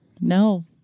no